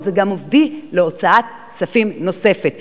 אבל גם מביא להוצאה כספים נוספת.